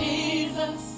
Jesus